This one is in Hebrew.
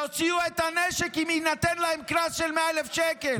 יוציאו את הנשק אם יינתן להם קנס של 100,000 שקל.